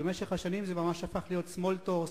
במשך השנים זה ממש הפך להיות "שמאל טורס",